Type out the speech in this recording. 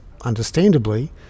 understandably